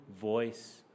voice